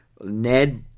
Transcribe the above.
Ned